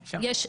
כן.